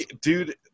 dude